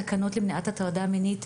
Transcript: תקנות למניעת הטרדה מינית,